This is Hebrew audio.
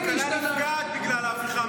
הכלכלה נפגעת בגלל ההפיכה המשטרית שאתם מעבירים.